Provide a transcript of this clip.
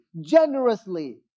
generously